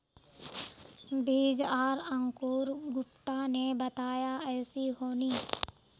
बीज आर अंकूर गुप्ता ने बताया ऐसी होनी?